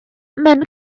mewn